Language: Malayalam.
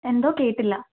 എന്തോ കേട്ടില്ല